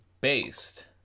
based